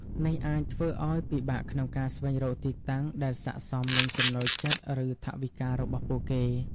នេះអាចធ្វើឲ្យពិបាកក្នុងការស្វែងរកទីតាំងដែលស័ក្តិសមនឹងចំណូលចិត្ត ឬថវិការបស់ពួកគេ។